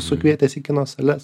sukvietęs į kino sales